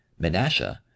Menasha